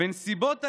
"בנסיבות העניין,